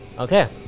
Okay